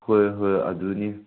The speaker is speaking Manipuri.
ꯍꯣꯏ ꯍꯣꯏ ꯑꯗꯨꯅꯤ